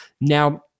Now